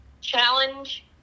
challenge